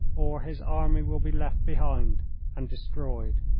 or his army will be left behind and destroyed.